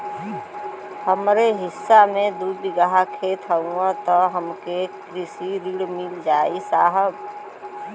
हमरे हिस्सा मे दू बिगहा खेत हउए त हमके कृषि ऋण मिल जाई साहब?